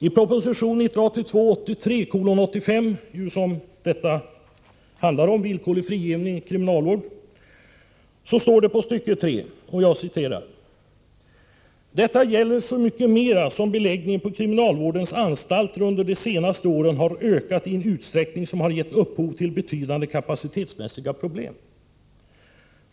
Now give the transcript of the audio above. I proposition 1982/83:85, som denna debatt handlar om, nämligen villkorlig frigivning i kriminalvård, står på s. 30 tredje stycket: ”Detta gäller så mycket mera som beläggningen på kriminalvårdens anstalter under de senaste åren har ökat i en utsträckning som har gett upphov till betydande kapacitetmässiga problem.